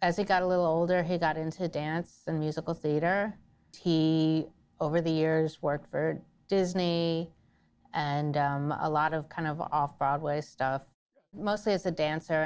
as he got a little older he got into dance and musical theater he over the years worked for disney and a lot of kind of off broadway stuff mostly as a dancer